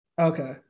okay